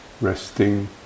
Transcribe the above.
resting